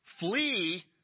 Flee